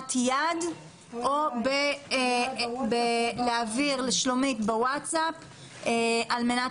בהרמת יד או להעביר לשלומית ווטסאפ על מנת